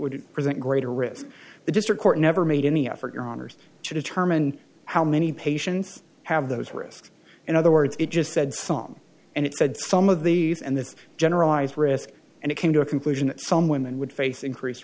would present greater risk the district court never made any effort your honour's to determine how many patients have those risks in other words it just said song and it said some of these and the generalized risk and it came to a conclusion that some women would face increased